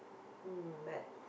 hmm but